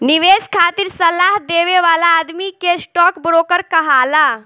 निवेश खातिर सलाह देवे वाला आदमी के स्टॉक ब्रोकर कहाला